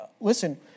listen